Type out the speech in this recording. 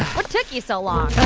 what took you so long?